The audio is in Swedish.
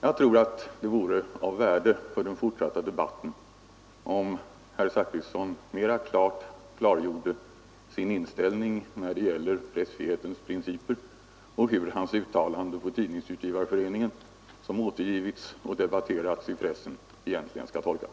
Jag tror att det vore av värde för den fortsatta debatten, om herr Zachrisson bättre klargjorde sin inställning när det gäller pressfrihetens principer och talade om, hur hans uttalande på Tidningsutgivareföreningen, som återgivits och debatterats i pressen, egentligen skall tolkas.